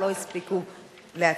אך לא הספיקו להצביע.